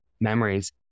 memories